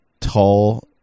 Tall